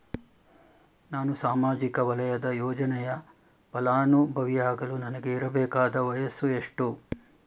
ನಾನು ಸಾಮಾಜಿಕ ವಲಯದ ಯೋಜನೆಯ ಫಲಾನುಭವಿಯಾಗಲು ನನಗೆ ಇರಬೇಕಾದ ವಯಸ್ಸುಎಷ್ಟು?